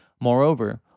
Moreover